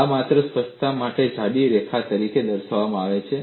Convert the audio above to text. આ માત્ર સ્પષ્ટતા માટે જાડી રેખા તરીકે દર્શાવવામાં આવે છે